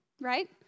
Right